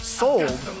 sold